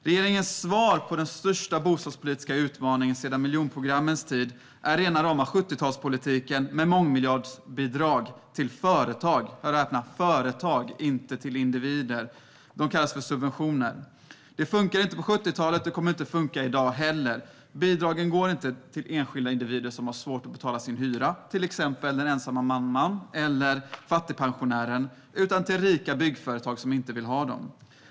Regeringens svar på den största bostadspolitiska utmaningen sedan miljonprogrammets tid är rena rama 70-talspolitiken med mångmiljardbidrag till företag - hör och häpna, företag - inte individer. Det kallas subventioner. Det fungerade inte på 70-talet, och det kommer inte att fungera i dag heller. Bidragen går inte till enskilda individer som har svårt att betala sin hyra, till exempel den ensamma mamman eller fattigpensionären, utan till rika byggföretag som inte vill ha dem.